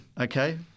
Okay